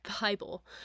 bible